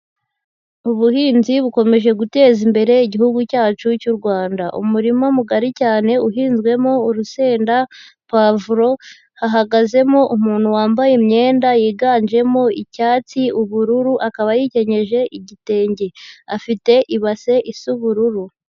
Ubuhinzi bukomeje guteza imbere igihugu cyacu cy'u Rwanda. Umurima mugari cyane uhinzwemo urusenda, pavuro, hahagazemo umuntu wambaye imyenda yiganjemo icyatsi, ubururu, akaba yikenyeje igitenge. Afite ibase isa ubururu.